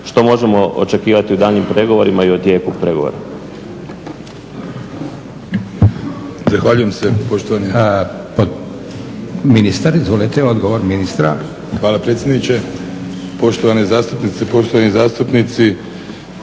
što možemo očekivati u daljnjim pregovorima i o tijeku pregovora.